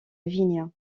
vigne